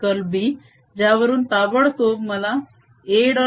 कर्लB ज्यावरून ताबडतोब मला A